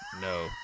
No